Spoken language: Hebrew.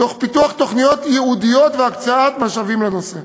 תוך פיתוח תוכניות ייעודיות והקצאת משאבים לנושא.